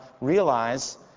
realize